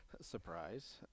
surprise